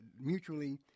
mutually